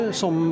som